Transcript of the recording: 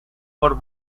por